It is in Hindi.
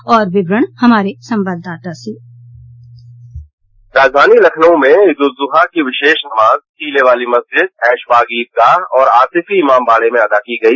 और विवरण हमारे संवाददाता से राजधानी लखनऊ में ईद उल अजहा की विशेष नमाज टीले वाली मस्जिद ऐशबाग मस्जिद और आसिफी इमामबाड़ा में अदा की गई